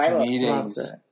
meetings